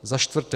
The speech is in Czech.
Za čtvrté.